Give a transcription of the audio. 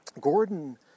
Gordon